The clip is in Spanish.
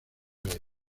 aires